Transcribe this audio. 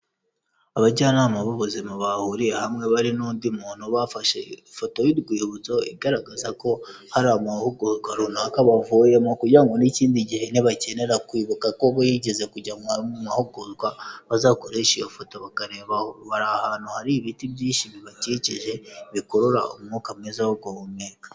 Abajyanama b'ubuzima bahuriye hamwe bari n'undi muntu bafashe ifoto y'urwibutso, igaragaza ko hari amahugurwa runaka bavuyemo kugira ngo n'ikindi gihe nibakenera kwibuka ko bo bigeze kujya mu mahugurwa bazakoreshe iyo foto bakarebaho, bari ahantu hari ibiti byinshi bibakikije bikurura umwuka mwiza wo guhumeka.